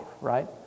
right